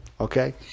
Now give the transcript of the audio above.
okay